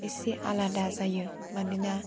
इसे आलादा जायो मानोना